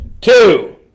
Two